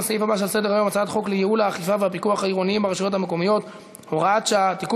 חוק הסעה בטיחותית לילדים ולפעוטות עם מוגבלות (תיקון מס'